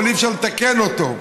אבל אי-אפשר לתקן אותו.